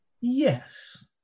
Yes